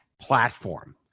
platform